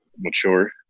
mature